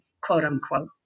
quote-unquote